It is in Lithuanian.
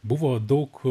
buvo daug